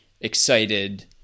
excited